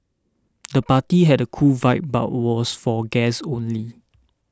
the party had a cool vibe but was for guests only